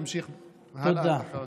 נמשיך הלאה אחר כך.